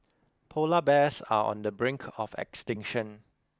polar bears are on the brink of extinction